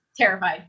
terrified